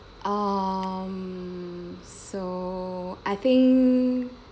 um so I think